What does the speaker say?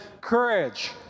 courage